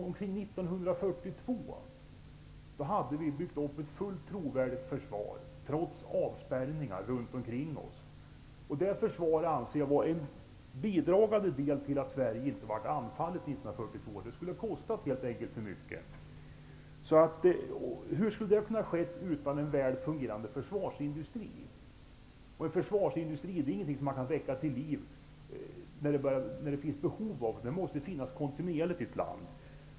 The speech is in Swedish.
Omkring år 1942 hade vi byggt upp ett fullt trovärdigt försvar, trots avspärrningar runt omkring oss. Det försvaret utgjorde en bidragande orsak till att Sverige inte blev anfallet 1942. Det skulle helt enkelt ha kostat för mycket. Hur skulle detta ha kunnat ske utan en väl fungerande försvarsindustri? En försvarsindustri går inte att väcka till liv vid behov, utan måste kontinuerligt finnas i ett land.